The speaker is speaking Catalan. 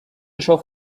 això